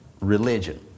religion